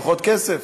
פחות כסף.